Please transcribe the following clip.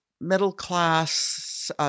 middle-class